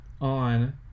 on